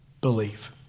Believe